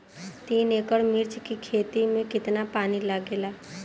तीन एकड़ मिर्च की खेती में कितना पानी लागेला?